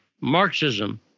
Marxism